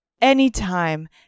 anytime